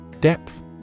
Depth